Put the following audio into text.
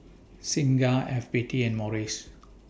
Singha F B T and Morries